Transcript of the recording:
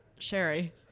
Sherry